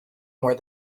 more